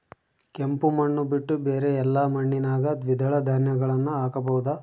ಕೆಂಪು ಮಣ್ಣು ಬಿಟ್ಟು ಬೇರೆ ಎಲ್ಲಾ ಮಣ್ಣಿನಾಗ ದ್ವಿದಳ ಧಾನ್ಯಗಳನ್ನ ಹಾಕಬಹುದಾ?